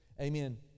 amen